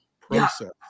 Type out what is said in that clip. process